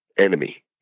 enemy